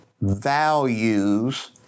values